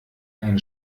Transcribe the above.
ein